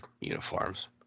uniforms